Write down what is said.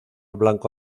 blanco